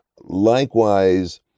Likewise